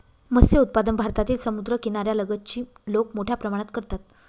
मत्स्य उत्पादन भारतातील समुद्रकिनाऱ्या लगतची लोक मोठ्या प्रमाणात करतात